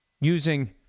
using